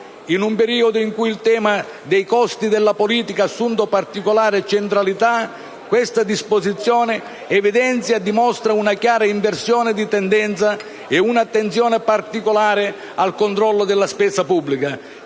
In un periodo in cui il tema dei costi della politica ha assunto particolare centralità, questa disposizione evidenzia e dimostra una chiara inversione di tendenza e un'attenzione particolare al controllo della spesa pubblica,